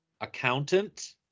accountant